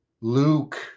Luke